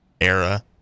era